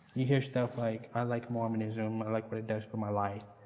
you hear stuff like, i like mormonism. i like what it does for my life,